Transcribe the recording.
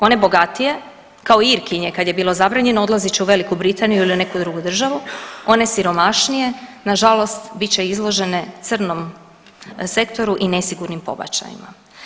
One bogatije kao Irkinje kada je bilo zabranjeno odlazit će u Veliku Britaniju ili u neku drugu državu, one siromašnije nažalost bit će izložene crnom sektoru i nesigurnim pobačajima.